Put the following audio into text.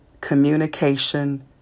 communication